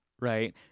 right